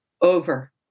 over